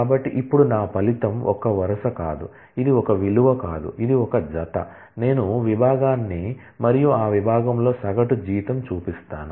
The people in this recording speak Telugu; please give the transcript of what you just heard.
కాబట్టి ఇప్పుడు నా ఫలితం ఒక్క వరుస కాదు ఇది ఒక విలువ కాదు ఇది ఒక జత నేను విభాగాన్ని మరియు ఆ విభాగంలో సగటు జీతం చూపిస్తాను